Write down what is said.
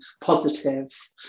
positive